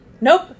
nope